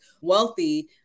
wealthy